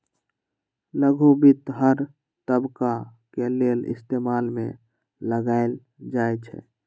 लघु वित्त हर तबका के लेल इस्तेमाल में लाएल जाई छई